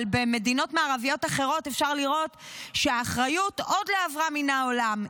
אבל במדינות מערביות אחרות אפשר לראות שהאחריות עוד לא עברה מן העולם.